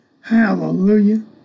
Hallelujah